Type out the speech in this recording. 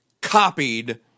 copied